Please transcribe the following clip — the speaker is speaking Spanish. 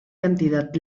cantidad